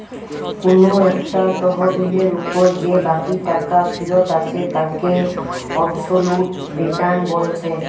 কুনু একটা তহবিলের উপর যে বাকি টাকা ফিরত আসে তাকে অবসোলুট রিটার্ন বলছে